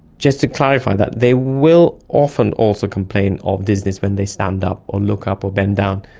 just to clarify that, they will often also complain of dizziness when they stand up or look up or bend down,